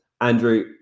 Andrew